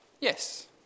Yes